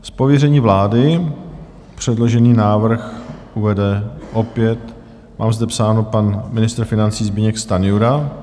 Z pověření vlády předložený návrh uvede opět, mám zde psáno, pan ministr financí Zbyněk Stanjura.